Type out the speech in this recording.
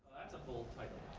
the whole title.